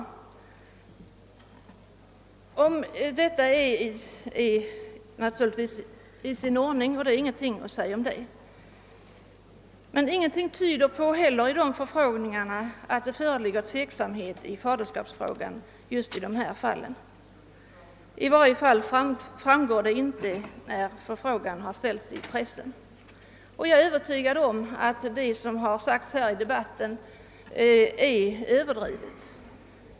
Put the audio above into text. Om detta är i och för sig ingenting att säga, men ingenting tyder i de förfrågningarna på att det just i dessa fall föreligger tveksamhet i faderskapsfrågan. I varje fall framgår det inte när frågan har berörts i pressen. Jag är övertygad om att en del av det som sagts här i debatten är överdrivet.